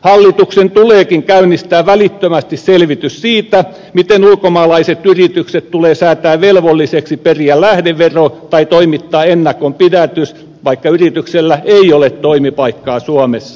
hallituksen tuleekin käynnistää välittömästi selvitys siitä miten ulkomaalaiset yritykset tulee säätää velvollisiksi periä lähdevero tai toimittaa ennakonpidätys vaikka yrityksellä ei ole toimipaikkaa suomessa